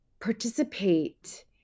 participate